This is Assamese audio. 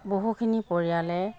বহুখিনি পৰিয়ালে